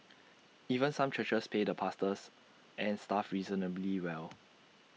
even some churches pay the pastors and staff reasonably well